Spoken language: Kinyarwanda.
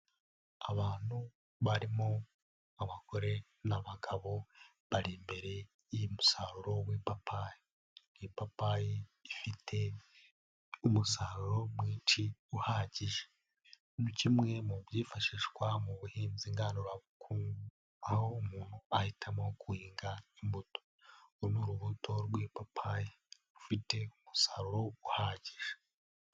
Abantu barimo abagore n'abagabo, bari imbere y'umusaruro w'ipapayi. Ni ipapayi ifite umusaruro mwinshi uhagije, ni kimwe mu byifashishwa mu buhinzi ngandurabuku, aho umuntu ahitamo guhinga imbuto. Uru ni urubuto rw'ipapayi rufite umusaruro uhagije.